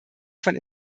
von